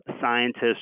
scientists